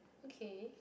okay